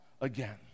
again